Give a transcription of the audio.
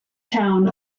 town